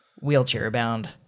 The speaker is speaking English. wheelchair-bound